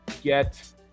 Get